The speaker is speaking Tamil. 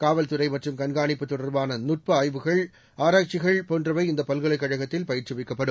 காவல்துறை மற்றும் கண்காணிப்பு தொடர்பான நுட்ப ஆய்வுகள் ஆராய்ச்சிகள் போன்றவை இந்த பல்கலைக் கழகத்தில் பயிற்றுவிக்கப்படும்